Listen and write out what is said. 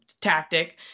tactic